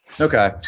Okay